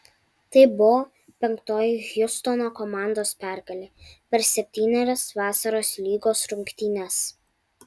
tai buvo penktoji hjustono komandos pergalė per septynerias vasaros lygos rungtynes